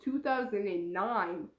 2009